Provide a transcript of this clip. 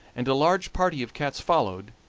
and a large party of cats followed,